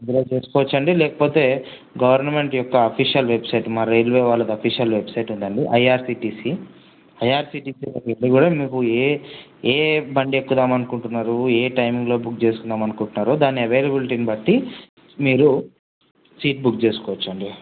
అందులో చేసుకోవచ్చు అండి లేకపోతే గవర్నమెంట్ యొక్క అఫీషియల్ వెబ్సైట్ మా రైల్వే వాళ్ళది అఫీషియల్ వెబ్సైట్ ఉంది అండి ఐఆర్సీటీసీ ఐఆర్సీటీసీ వెళ్ళి కూడా మీకు ఏఏ బండి ఎక్కుదాము అనుకుంటున్నారు ఏ టైంలో బుక్ చేసుకుందాము అనుకుంటున్నారు దాని అవైలబులిటీని బట్టీ మీరూ సీట్ బుక్ చేసుకోవచ్చు అండి